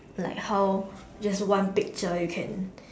like how there's one picture you can